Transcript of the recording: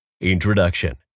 Introduction